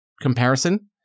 comparison